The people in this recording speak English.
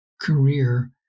career